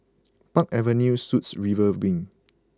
Park Avenue Suites River Wing